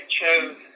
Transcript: chose